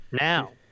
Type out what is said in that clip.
now